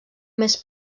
més